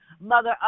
Mother